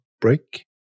break